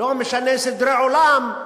משנה סדרי עולם,